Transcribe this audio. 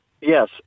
Yes